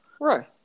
Right